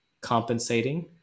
compensating